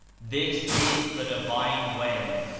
this is the divine way.